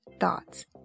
thoughts